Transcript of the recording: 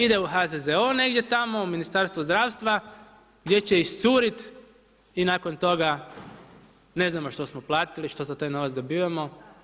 Ide u HZZO negdje tamo, u Ministarstvo zdravstva gdje će iscuriti i nakon toga ne znamo što smo platili, što za taj novac dobivamo.